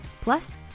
Plus